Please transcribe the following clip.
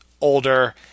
older